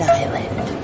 island